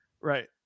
right